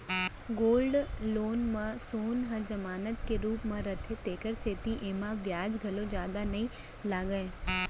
gold loan म सोन ह जमानत के रूप म रथे तेकर सेती एमा बियाज घलौ जादा नइ लागय